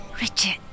Richard